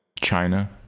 China